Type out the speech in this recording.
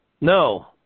No